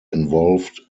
involved